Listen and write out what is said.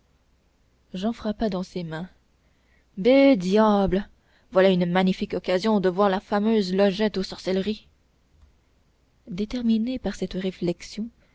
jehan frappa dans ses mains bédiable voilà une magnifique occasion de voir la fameuse logette aux sorcelleries déterminé par cette réflexion